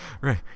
Right